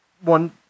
one